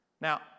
Now